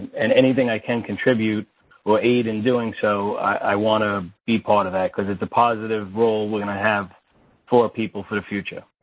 and anything i can contribute or aid in doing so, i want to be part of that, because it's a positive role we're going to have for our people for the future.